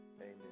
Amen